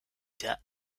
der